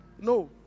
No